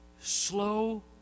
Slow